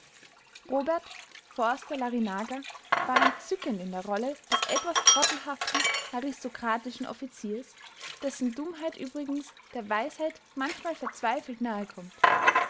robert forster-larrinaga war entzückend in der rolle des etwas trottelhaften aristokratischen offiziers dessen dummheit übrigens der weisheit manchmal verzweifelt nahe kommt